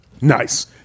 Nice